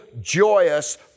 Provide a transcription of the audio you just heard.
joyous